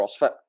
CrossFit